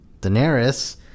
Daenerys